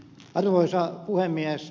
arvoisa puhemies